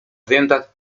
zajęta